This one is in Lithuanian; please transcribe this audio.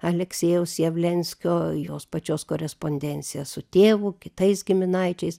aleksiejaus javlenskio jos pačios korespondencija su tėvu kitais giminaičiais